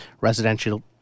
residential